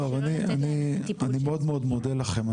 אני מאוד מודה לכם,